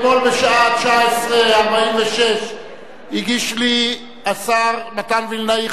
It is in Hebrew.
אתמול בשעה 19:46 הגיש לי השר מתן וילנאי,